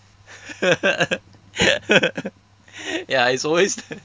ya it's always